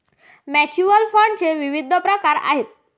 mutual फंडाचे विविध प्रकार आहेत